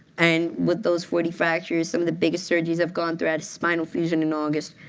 and with those forty fractures, some of the biggest surgeries i've gone through i had a spinal fusion in august.